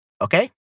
Okay